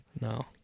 No